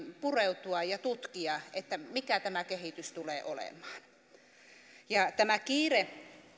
pureutua ja tutkia mikä tämä kehitys tulee olemaan tämä kiire